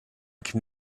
can